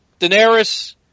Daenerys